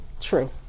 true